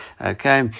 okay